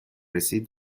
رسید